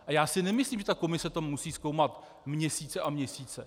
A já si nemyslím, že ta komise to musí zkoumat měsíce a měsíce.